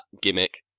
gimmick